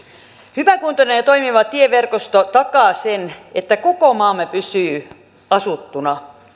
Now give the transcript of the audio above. hyväkuntoinen ja toimiva tieverkosto takaa sen että koko maamme pysyy asuttuna